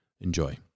Enjoy